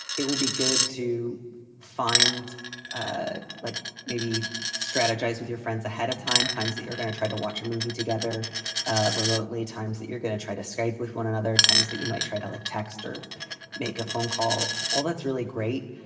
it will be good to find ah like maybe strategize with your friends ahead of time, times that you're going to try to watch a movie together ah remotely, times that you're going to try to escape with one another, times that you might try to like text or make a phone call. all that's really great.